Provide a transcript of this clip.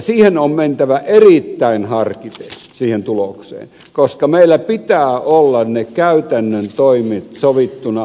siihen tulokseen on mentävä erittäin harkiten koska meillä pitää olla käytännön toimet sovittuina